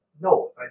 no